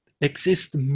Exist